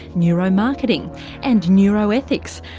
neuromarketing and neuroethics,